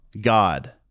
God